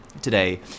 today